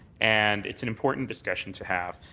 and it's an important discussion to have.